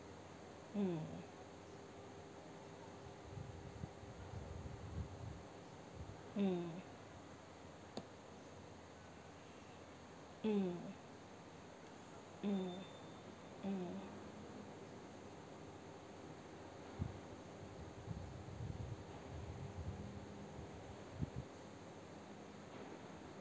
mm mm mm mm mm